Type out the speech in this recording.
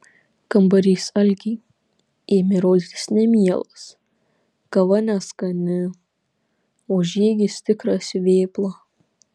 kambarys algei ėmė rodytis nemielas kava neskani o žygis tikras vėpla